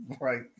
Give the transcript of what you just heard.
Right